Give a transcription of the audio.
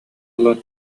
ылан